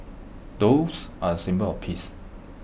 doves are A symbol of peace